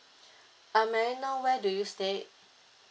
uh may I know where do you stay